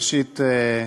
תודה, ראשית,